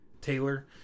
taylor